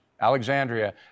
Alexandria